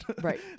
right